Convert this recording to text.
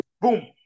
boom